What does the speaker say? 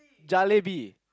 jalebi